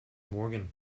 morgan